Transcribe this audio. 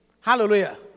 Hallelujah